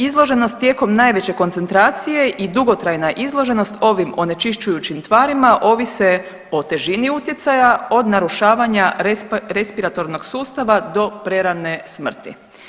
Izloženost tijekom najveće koncentracije i dugotrajna izloženost ovim onečišćujućim tvarima ovise o težini utjecaja od narušavanja respiratornog sustava do prerane smrti.